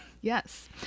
Yes